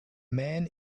man